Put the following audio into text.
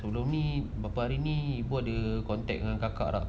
sebelum ni bapa hari ini pun ada contact dengan kakak lah